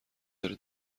داره